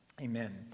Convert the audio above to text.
Amen